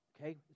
okay